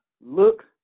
look